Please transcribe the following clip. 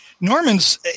Norman's